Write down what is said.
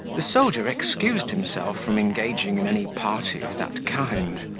the soldier excused himself from engaging in any party of that kind,